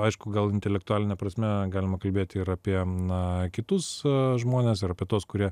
aišku gal intelektualine prasme galima kalbėti ir apie na kitus žmones ir apie tuos kurie